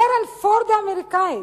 קרן פורד האמריקנית,